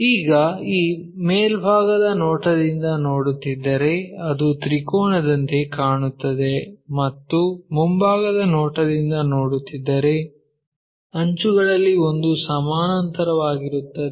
ಈಗ ಈ ಮೇಲ್ಭಾಗದ ನೋಟದಿಂದ ನೋಡುತ್ತಿದ್ದರೆ ಅದು ತ್ರಿಕೋನದಂತೆ ಕಾಣುತ್ತದೆ ಮತ್ತು ಮುಂಭಾಗದ ನೋಟದಿಂದ ನೋಡುತ್ತಿದ್ದರೆ ಅಂಚುಗಳಲ್ಲಿ ಒಂದು ಸಮಾನಾಂತರವಾಗಿರುತ್ತದೆ